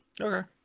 Okay